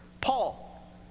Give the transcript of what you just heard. Paul